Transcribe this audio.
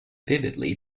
vividly